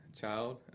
child